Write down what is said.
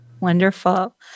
Wonderful